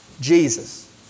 Jesus